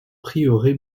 prieuré